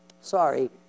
sorry